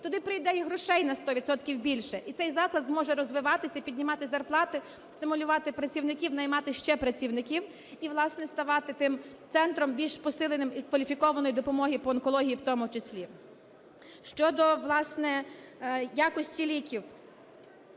туди прийде і грошей на сто відсотків більше, і цей заклад зможе розвиватися і піднімати зарплати, стимулювати працівників, наймати ще працівників, і, власне, ставати тим центром, більш посиленим, і кваліфікованої допомоги по онкології, в тому числі. Щодо, власне, якості ліків.